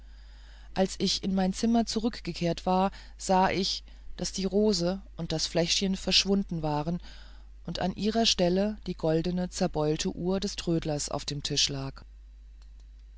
als ich in mein zimmer zurückgekehrt war sah ich daß die rose und das fläschchen verschwunden waren und an ihrer stelle die goldene zerbeulte uhr des trödlers auf dem tisch lag